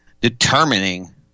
determining